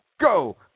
go